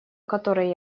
который